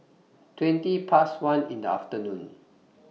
twenty Past one in The afternoon